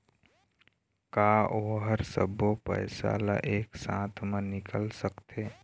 का ओ हर सब्बो पैसा ला एक साथ म निकल सकथे?